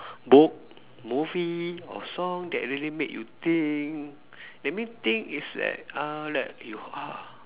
book movie or song that really made you think let me think it's that uh like you ah